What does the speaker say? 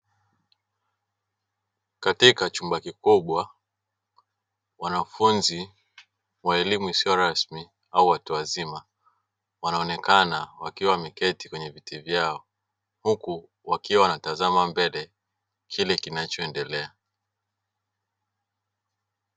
Katika chumba kikubwa wanafunzi wa elimu isiyo rasmi au watu wazima wanaonekana wakiwa wameketi kwenye vitu vyao huku wakiwa wanatazama mbele kinachoendelea.